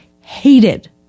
hated